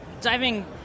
diving